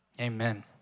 Amen